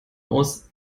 aus